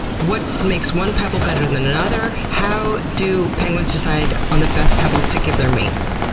what makes one pebble better than another? how do penguins decide on the best pebbles to give their mates?